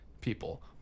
people